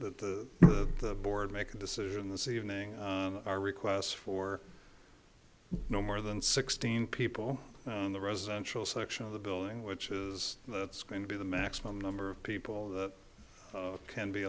ask that the board make a decision this evening our requests for no more than sixteen people in the residential section of the building which is that's going to be the maximum number of people that can be